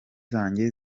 zanjye